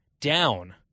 down